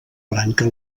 branca